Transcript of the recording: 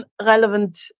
relevant